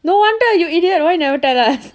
no wonder you idiot why you never tell us